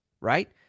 right